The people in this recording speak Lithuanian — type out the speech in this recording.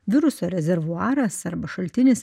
viruso rezervuaras arba šaltinis